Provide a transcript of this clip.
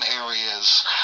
areas